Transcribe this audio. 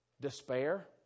Despair